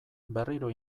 berriro